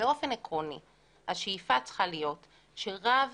שהיה רשום